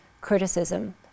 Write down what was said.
criticism